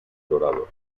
dorado